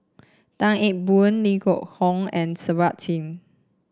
Tan Eng Bock Leo Hee Tong and Kirpal Singh